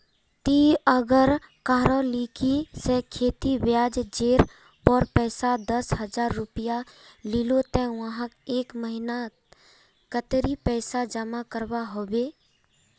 ती अगर कहारो लिकी से खेती ब्याज जेर पोर पैसा दस हजार रुपया लिलो ते वाहक एक महीना नात कतेरी पैसा जमा करवा होबे बे?